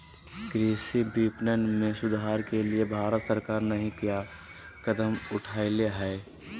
कृषि विपणन में सुधार के लिए भारत सरकार नहीं क्या कदम उठैले हैय?